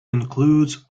includes